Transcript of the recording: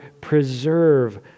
preserve